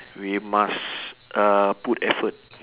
we must uh put effort